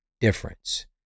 difference